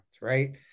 right